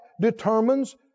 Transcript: determines